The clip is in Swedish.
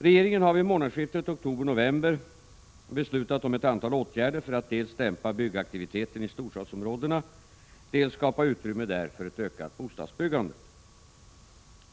Regeringen har vid månadsskiftet oktober-november beslutat om ett antal åtgärder för att dels dämpa byggaktiviteten i storstadsområdena, dels skapa utrymme där för ett ökat bostadsbyggande.